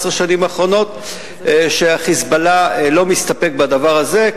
שנים האחרונות שה"חיזבאללה" לא מסתפק בדבר הזה,